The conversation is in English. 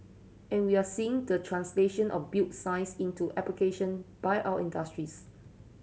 and we are seeing the translation of built science into application by our industries